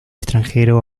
extranjero